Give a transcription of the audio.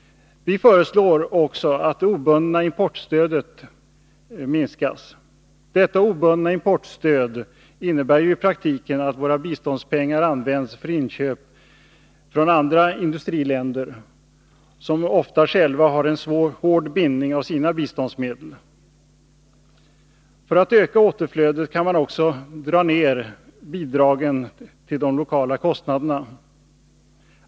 Vi föreslår också att det obundna importstödet minskas. Detta obundna importstöd innebär ju i praktiken att våra biståndspengar används för inköp från andra industriländer, som ofta själva har en hård bindning av sina biståndsmedel. För att öka återflödet kan man också dra ned bidragen till de lokala kostnaderna.